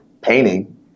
painting